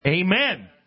Amen